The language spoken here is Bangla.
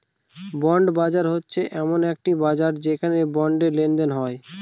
বন্ড বাজার হচ্ছে এমন একটি বাজার যেখানে বন্ডে লেনদেন হয়